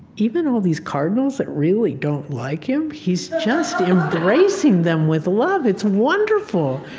even all these cardinals that really don't like him he's just embracing them with love. it's wonderful.